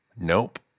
Nope